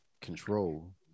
control